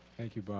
thank you, bob.